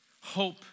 Hope